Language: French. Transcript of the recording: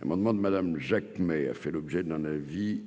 l'amendement de Madame Jacques a fait l'objet d'un avis